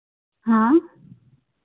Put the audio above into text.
हाँ